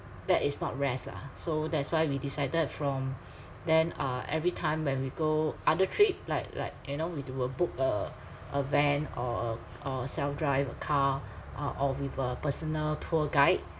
that is not rest lah so that's why we decided from then uh every time when we go other trip like like you know we will book a a van or a or self drive a car uh or with a personal tour guide